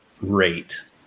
rate